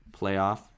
playoff